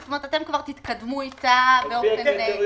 זאת אומרת שהממשלה כבר תתקדם איתה באופן כללי.